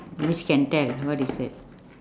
which can tell what is that